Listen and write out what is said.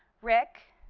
rick,